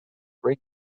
break